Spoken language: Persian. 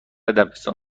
دبستان